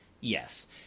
Yes